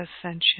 Ascension